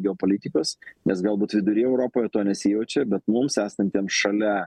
geopolitikos nes galbūt viduryje europoje to nesijaučia bet mums esantiems šalia